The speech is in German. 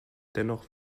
dennoch